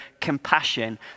compassion